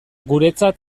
guretzat